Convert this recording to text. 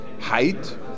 Height